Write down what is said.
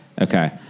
Okay